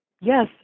Yes